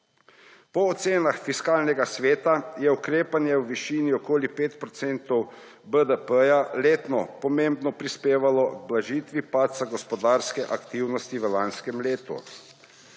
Po ocenah Fiskalnega sveta je ukrepanje v višini okoli 5 % BDP letno pomembno prispevalo k blažitvi padca gospodarske aktivnosti v lanskem letu.